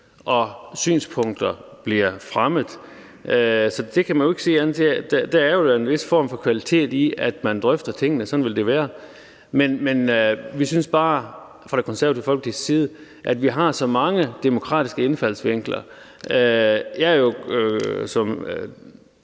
og synspunkter bliver fremmet. Så der kan man jo ikke sige andet her. Der er da en vis form for kvalitet i, at man drøfter tingene, sådan vil det jo være. Men vi synes bare fra Det Konservative Folkepartis side, at vi har så mange demokratiske indfaldsvinkler. Jeg er jo, som